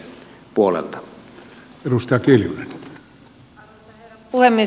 arvoisa herra puhemies